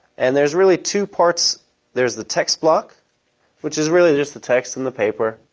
and there's really two parts there's the text block which is really just the text and the paper,